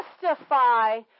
justify